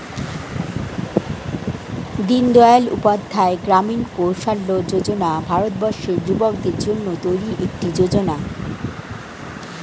দিনদয়াল উপাধ্যায় গ্রামীণ কৌশল্য যোজনা ভারতবর্ষের যুবকদের জন্য তৈরি একটি যোজনা